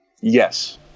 Yes